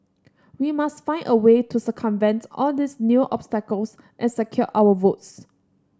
we must find a way to circumvent all these new obstacles and secure our votes